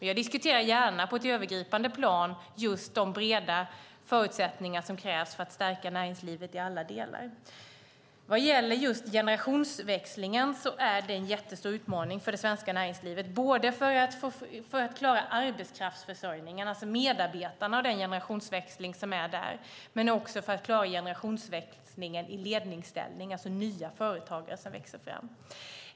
Jag diskuterar dock gärna på ett övergripande plan de breda förutsättningar som krävs för att stärka näringslivet i alla delar. Vad gäller generationsväxlingen är det en jättestor utmaning för det svenska näringslivet - både för att man ska klara arbetskraftsförsörjningen, alltså medarbetarna och den generationsväxling som är där, och för att man ska klara generationsväxlingen i ledningsställning, alltså nya företagare som växer fram.